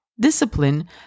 Discipline